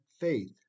faith